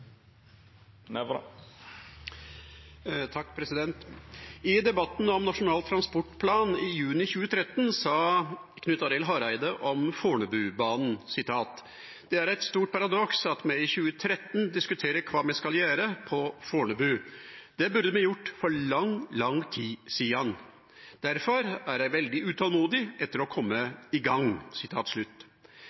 eit stort paradoks at me i 2013 diskuterer kva me skal gjere på Fornebu. Det burde me gjort for lang, lang tid sidan. Derfor er eg veldig utolmodig etter å kome i gang.»